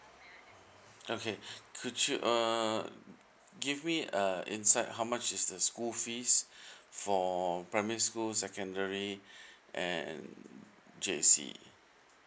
okay could you uh give me uh insight how much is the school fees for primary school secondary and J_C